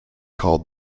called